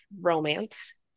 romance